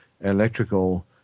electrical